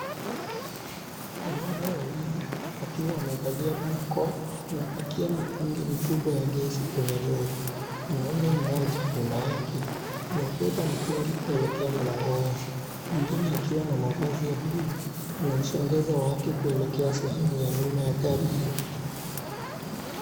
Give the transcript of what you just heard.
Wanaume wawili wakiwa wamevalia barakoa wanapakia mitungi mikubwa ya gesi kwenye lori. Mwanamme mmoja nyuma yake anaubeba mtungi kuelekea mlango wazi. Mwingine akiwa na mavazi ya buluu anausongeza wake kuelekea sehemu ya nyuma ya gari hilo.